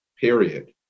Period